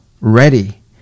ready